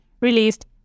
released